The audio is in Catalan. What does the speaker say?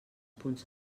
punts